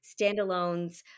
standalones